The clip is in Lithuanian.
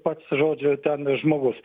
pats žodžiu ten žmogus